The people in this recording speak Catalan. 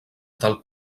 del